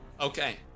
Okay